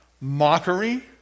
mockery